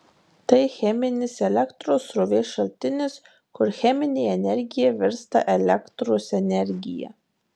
tai cheminis elektros srovės šaltinis kur cheminė energija virsta elektros energija